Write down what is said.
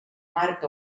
marc